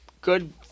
good